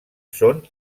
són